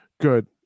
good